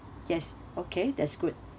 yes okay that's good